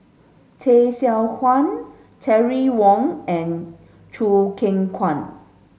Tay Seow Huah Terry Wong and Choo Keng Kwang